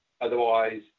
Otherwise